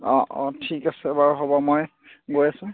অঁ অঁ ঠিক আছে বাৰু হ'ব মই গৈ আছো